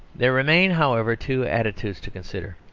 there remain, however, two attitudes to consider,